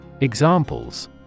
examples